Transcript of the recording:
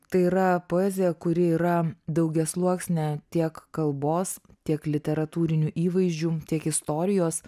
tai yra poezija kuri yra daugiasluoksnė tiek kalbos tiek literatūrinių įvaizdžių tiek istorijos